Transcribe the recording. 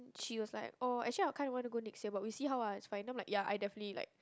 she was like oh actually I kinda want to go next year but we see how ah it's fine ya I definitely like